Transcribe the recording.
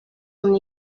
son